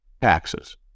taxes